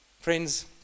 Friends